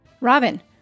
Robin